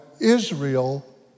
Israel